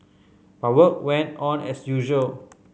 but work went on as usual